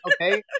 okay